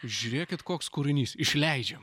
žiūrėkit koks kūrinys išleidžiam